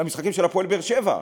למשחקים של "הפועל באר-שבע",